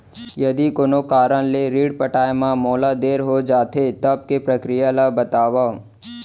यदि कोनो कारन ले ऋण पटाय मा मोला देर हो जाथे, तब के प्रक्रिया ला बतावव